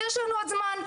יש לנו עוד זמן,